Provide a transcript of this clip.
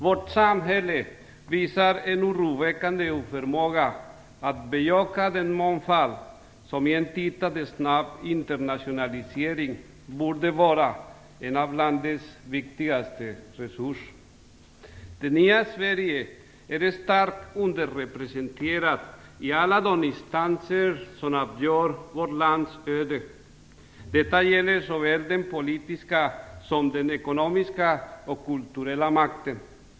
Vårt samhälle visar en oroväckande oförmåga att bejaka den mångfald som i en tid av snabb internationalisering borde vara en av landets viktigaste resurser. Det nya Sverige är starkt underrepresenterat i alla de instanser som avgör vårt lands öde. Detta gäller såväl den politiska som den ekonomiska och kulturella makten.